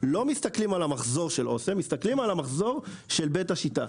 לא מסתכלים על המחזור של אסם אלא מסתכלים על המחזור של בית השיטה.